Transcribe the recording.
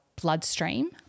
bloodstream